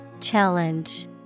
Challenge